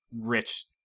rich